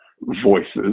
voices